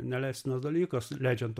neleistinas dalykas leidžiant